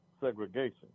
segregation